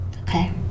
Okay